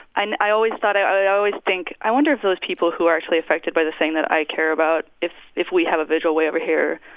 and i always thought i always think, i wonder if those people who are actually affected by this thing that i care about, if if we have a vigil way over here,